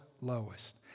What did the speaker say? lowest